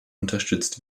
unterstützt